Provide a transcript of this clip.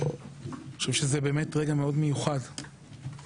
אני חושב שזה באמת רגע מיוחד מאוד שאת